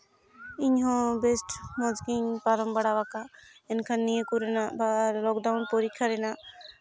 ᱤᱧᱦᱚᱸ ᱵᱮᱥ ᱢᱚᱡᱽᱜᱮᱧ ᱯᱟᱨᱚᱢ ᱵᱟᱲᱟ ᱟᱠᱟᱫ ᱮᱱᱠᱷᱟᱱ ᱱᱤᱭᱟᱹ ᱠᱚᱨᱮᱱᱟᱜ ᱵᱟ ᱞᱚᱠᱰᱟᱣᱩᱱ ᱯᱚᱨᱤᱠᱠᱷᱟ ᱨᱮᱱᱟᱜ